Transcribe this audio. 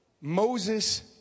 Moses